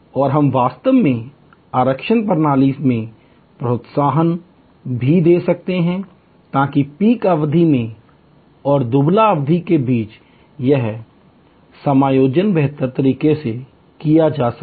और हम वास्तव में आरक्षण प्रणाली में प्रोत्साहन भी दे सकते हैं ताकि शिखर अवधि और मंदी की अवधि के बीच यह समायोजन बेहतर तरीके से किया जा सके